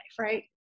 right